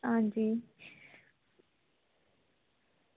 आं जी